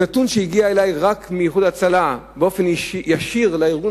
נתון שהגיע אלי רק מ"איחוד הצלה" באופן ישיר על הארגון